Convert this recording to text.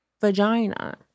vagina